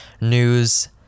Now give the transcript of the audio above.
news